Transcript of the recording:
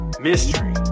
mystery